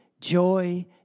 joy